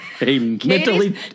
mentally